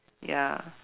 ya